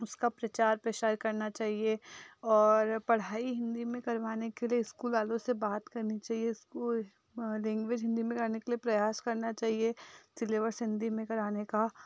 उसका प्रचार प्रसार करना चाहिए और पढ़ाई हिन्दी में करवाने के लिए स्कूल वालों से बात करनी चाहिए स्कूल लैंग्वेज हिन्दी में करने के लिए प्रयास करने चाहिए सिलेबस हिन्दी में करने का